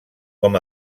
com